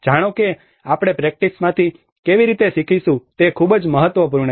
જાણો કે આપણે પ્રેક્ટિસમાંથી કેવી રીતે શીખીશું તે ખૂબ જ મહત્વપૂર્ણ છે